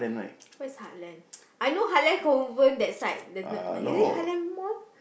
where's Heartland I know Heartland Kovan that side is it Heartland Mall